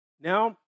Now